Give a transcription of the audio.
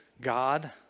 God